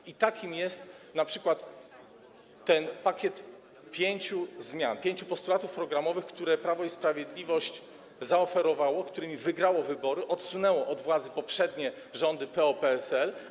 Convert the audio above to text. Takim aspektem jest np. pakiet pięciu zmian, pięciu postulatów programowych, które Prawo i Sprawiedliwość zaoferowało, którymi wygrało wybory, odsunęło od władzy poprzednie rządy PO-PSL.